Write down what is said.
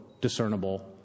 discernible